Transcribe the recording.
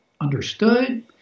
understood